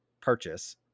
purchase